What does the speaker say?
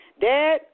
Dad